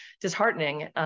disheartening